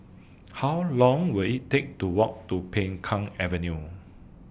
How Long Will IT Take to Walk to Peng Kang Avenue